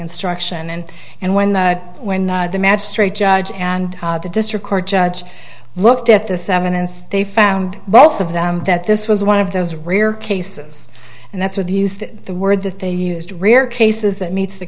instruction and and when the when the magistrate judge and the district court judge looked at this evidence they found both of them that this was one of those rare cases and that's where the used the word that they used rare cases that meets the